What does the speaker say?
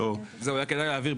אולי כדאי להבהיר.